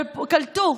קלטו,